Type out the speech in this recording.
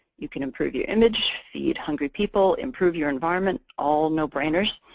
you can improve your image. feed hungry people. improve your environment. all no-brainers.